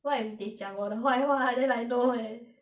what if they 讲我的坏话 then I know eh